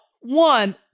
one